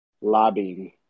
lobbying